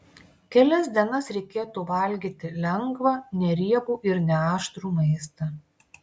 kelias dienas reikėtų valgyti lengvą neriebų ir neaštrų maistą